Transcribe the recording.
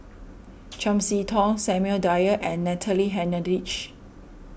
Chiam See Tong Samuel Dyer and Natalie Hennedige